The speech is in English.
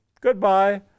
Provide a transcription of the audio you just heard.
Goodbye